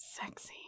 sexy